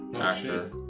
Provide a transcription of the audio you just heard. actor